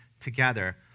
together